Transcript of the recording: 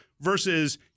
versus